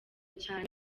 cyane